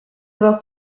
avoir